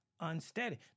Unsteady